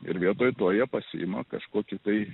ir vietoj to jie pasiima kažkokį tai